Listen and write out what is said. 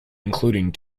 including